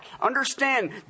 Understand